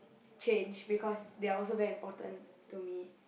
change because they're also very important to me